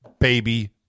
baby